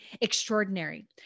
extraordinary